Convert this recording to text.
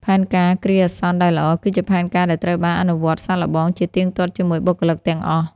ផែនការគ្រាអាសន្នដែលល្អ គឺជាផែនការដែលត្រូវបាន អនុវត្តសាកល្បង ជាទៀងទាត់ជាមួយបុគ្គលិកទាំងអស់។